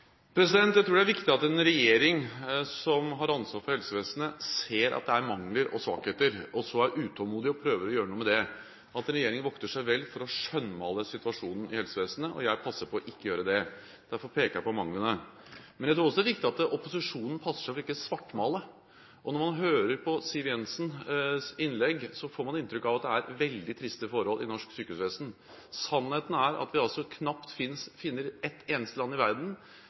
Jeg tror det er viktig at en regjering som har ansvar for helsevesenet, ser at det er mangler og svakheter, og er utålmodig og prøver å gjøre noe med det, og at regjeringen vokter seg vel for å skjønnmale situasjonen i helsevesenet. Jeg passer på ikke å gjøre det, og derfor peker jeg på manglene. Men jeg tror også det er viktig at opposisjonen passer seg for ikke å svartmale. Når man hører på Siv Jensens innlegg, får man inntrykk av at det er veldig triste forhold i norsk sykehusvesen. Sannheten er at vi knapt finner et eneste land i verden